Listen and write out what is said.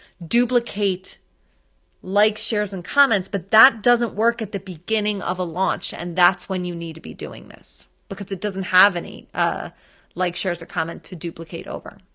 duplicate likes, shares, and comments, but that doesn't work at the beginning of a launch, and that's when you need to be doing this, because it doesn't have any ah likes, shares, or comment to duplicate over.